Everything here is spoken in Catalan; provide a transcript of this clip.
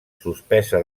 suspesa